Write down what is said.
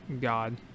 God